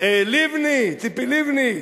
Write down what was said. ציפי לבני.